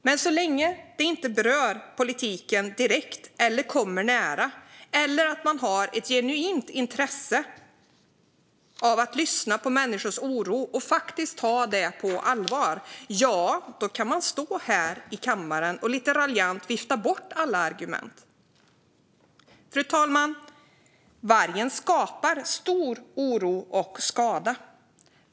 Men så länge det inte berör politiken direkt eller kommer nära, så länge man inte har ett genuint intresse av att lyssna på människors oro och faktiskt ta den på allvar, ja, då kan man stå här i kammaren och lite raljant vifta bort alla argument. Fru talman! Vargen skapar stor oro och skada.